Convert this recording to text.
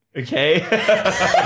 Okay